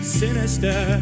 sinister